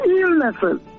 illnesses